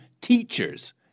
teachers